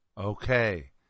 Okay